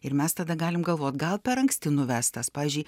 ir mes tada galim galvot gal per anksti nuvestas pavyzdžiui